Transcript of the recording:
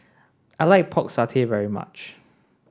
I like pork satay very much